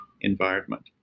environment